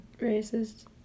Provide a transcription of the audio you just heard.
racist